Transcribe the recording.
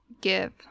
give